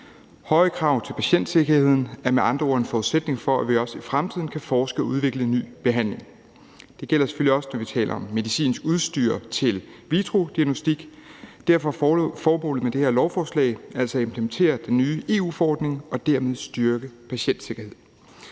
Høje krav til patientsikkerheden er med andre ord en forudsætning for, at vi også i fremtiden kan forske i og udvikle ny behandling. Det gælder selvfølgelig også, når vi taler om medicinsk udstyr til vitro-diagnostik, og derfor er formålet med det her lovforslag altså at implementere den nye EU-forordning og dermed styrke patientsikkerheden.